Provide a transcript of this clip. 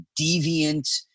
deviant